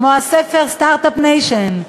כמו הספר "Start-up Nation",